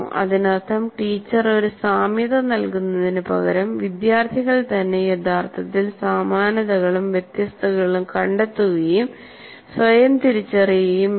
അതിനർത്ഥം ടീച്ചർ ഒരു സാമ്യത നൽകുന്നതിന് പകരം വിദ്യാർത്ഥികൾ തന്നെ യഥാർത്ഥത്തിൽ സമാനതകളും വ്യത്യാസങ്ങളും കണ്ടെത്തുകയും സ്വയം തിരിച്ചറിയുകയും വേണം